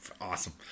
awesome